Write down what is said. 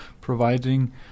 providing